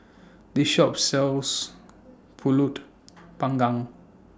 This Shop sells Pulut Panggang